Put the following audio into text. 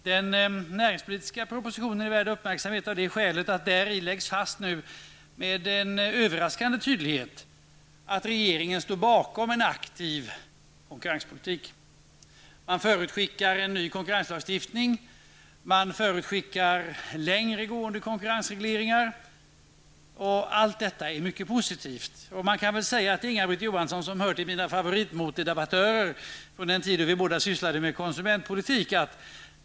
Den näringspolitiska propositionen är värd uppmärksamhet av det skälet att däri läggs fast med en överraskande tydlighet att regeringen står bakom en aktiv konkurrenspolitik. Man förutskickar en ny konkurrenslagstiftning och längre gående konkurrensregleringar. Detta är mycket postiv. Inga-Britt Johansson är en av mina favoriter vad gäller motdebattörer alltsedan den tid då vi båda sysslade med konsumentpolitik.